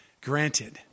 granted